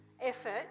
effort